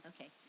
Okay